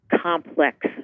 complex